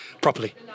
properly